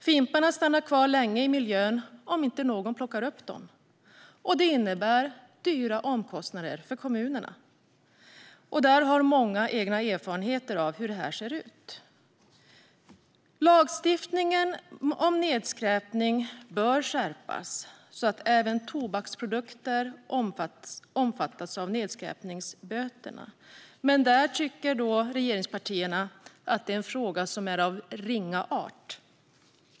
Fimparna stannar kvar länge i miljön om inte någon plockar upp dem, och det innebär stora omkostnader för kommunerna. Många har egna erfarenheter av hur detta ser ut. Lagstiftningen om nedskräpning bör skärpas så att även tobaksprodukter omfattas av nedskräpningsböterna, men regeringspartierna tycker att detta är en fråga som är av ringa art.